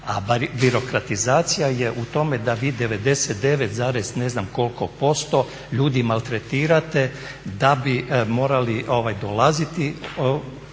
A birokratizacija je u tome da vi 99 zarez ne znam koliko posto ljudi maltretirate da bi morali dolaziti